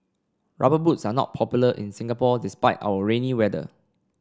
rubber boots are not popular in Singapore despite our rainy weather